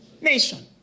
nation